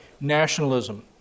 nationalism